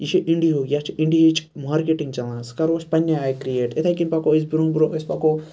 یہِ چھُ اِنڈِہُک یَتھ چھِ اِنڈِہِچ مارکیٚٹنٛگ چَلان آز کَروس پَننہِ آے کریٹ اِتھے کٔنۍ پَکو أسۍ برونٛہہ برونٛہہ أسۍ پَکو